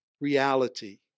reality